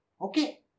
Okay